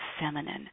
feminine